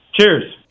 cheers